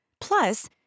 Plus